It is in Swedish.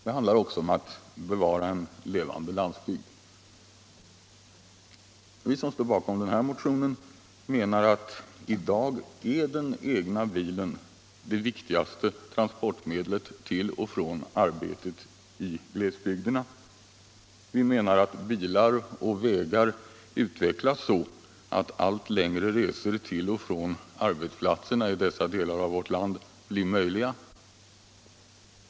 Det handlar också om att bevara en levande landsbygd. Vi som står bakom den här motionen menar att i dag är den egna bilen det viktigaste transportmedlet till och från arbetet i glesbygderna. Vi menar att bilar och vägar utvecklas så att allt längre resor till och från arbetsplatserna i dessa delar av vårt land blir möjliga.